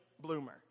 bloomer